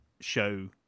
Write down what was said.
show